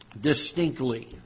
distinctly